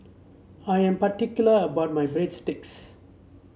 I am particular about my Breadsticks